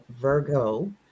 Virgo